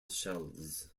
shells